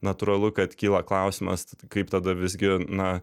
natūralu kad kyla klausimas kaip tada visgi na